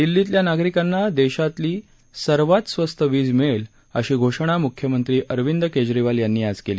दिल्लीतल्या नागरिकांना देशातली सर्वांत स्वस्त वीज मिळेल अशी घोषणा म्ख्यमंत्री अरविंद केजरीवाल यांनी आज केली